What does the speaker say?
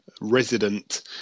resident